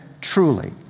truly